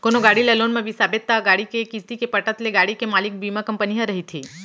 कोनो गाड़ी ल लोन म बिसाबे त गाड़ी के किस्ती के पटत ले गाड़ी के मालिक बीमा कंपनी ह रहिथे